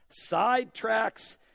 sidetracks